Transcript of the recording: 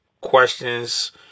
questions